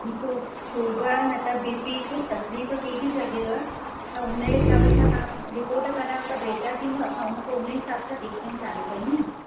ॾिसो शुगर न त बीपी कुझु तकलीफ़ थी ती सघेव त उनजे हिसाब सां तव्हां रिपोट करायो त बेटर थींदो असां उन पोइ उनजे हिसाब सां ट्रीटमेंट चालू कयूं न